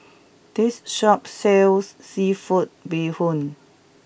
this shop sells Seafood Bee Hoon